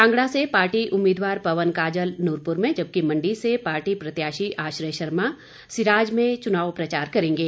कांगड़ा से पार्टी उम्मीदवार पवन काजल नूरपुर में जबकि मंडी से पार्टी प्रत्याशी आश्रय शर्मा सिराज में चुनाव प्रचार करेंगे